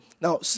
Now